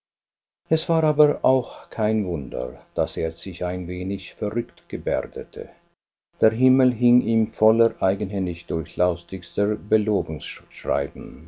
es war aber auch kein wunder daß er sich ein wenig verrückt gebärdete der himmel hing ihm voller eigenhändig durchlauchtigster